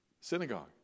synagogue